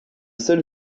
seul